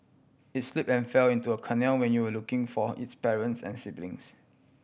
it slip and fell into a canal when you will looking for its parents and siblings